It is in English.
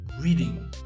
reading